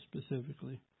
specifically